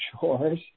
chores